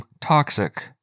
toxic